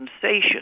sensation